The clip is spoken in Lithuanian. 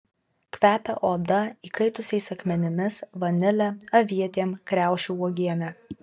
kvepia oda įkaitusiais akmenimis vanile avietėm kriaušių uogiene